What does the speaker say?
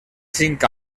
cinc